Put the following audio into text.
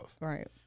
Right